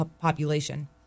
population